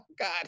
God